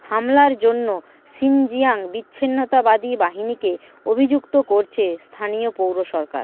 হামলার জন্য শিনজিয়াং বিচ্ছিন্নতাবাদী বাহিনীকে অভিযুক্ত করছে স্থানীয় পৌর সরকার